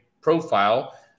profile